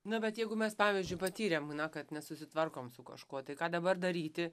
na bet jeigu mes pavyzdžiu patyrėm na kad nesusitvarkom su kažkuo tai ką dabar daryti